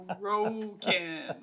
broken